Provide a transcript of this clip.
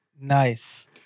Nice